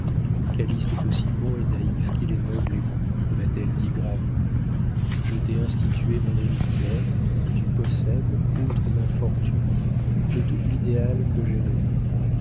calyste est aussi bon et naïf qu'il est noble et beau m'a-t-elle dit gravement je t'ai instituée mon héritière tu possèdes outre ma fortune le double idéal que j'ai rêvé